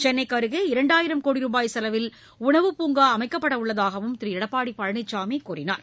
சென்னைக்கு அருகே இரண்டாயிரம் கோடி ரூபாய் செலவில் அமைக்கப்படவுள்ளதாகவும் திரு எடப்பாடி பழனிசாமி கூறினார்